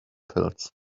pills